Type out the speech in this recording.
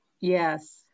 yes